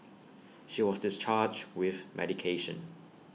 she was discharged with medication